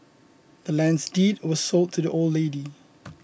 the land's deed was sold to the old lady